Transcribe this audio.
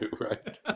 right